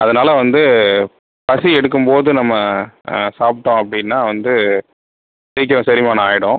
அதனால் வந்து பசி எடுக்கும் போது நம்ம சாப்பிட்டோம் அப்படின்னா வந்து சீக்கிரம் செரிமானம் ஆகிடும்